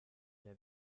der